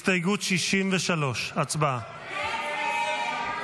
הסתייגות 63. הסתייגות 63